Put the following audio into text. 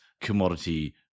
commodity